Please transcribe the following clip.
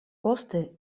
poste